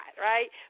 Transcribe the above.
right